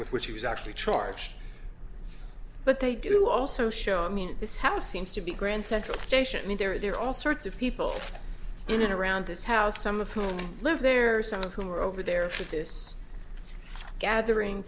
which he was actually charged but they do also show i mean his house seems to be grand central station there are all sorts of people in and around this house some of whom live there some of whom are over there for this gathering